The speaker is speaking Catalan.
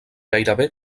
gairebé